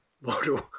model